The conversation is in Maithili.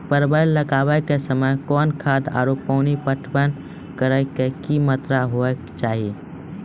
परवल लगाबै के समय कौन खाद आरु पानी पटवन करै के कि मात्रा होय केचाही?